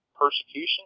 persecution